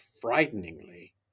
frighteningly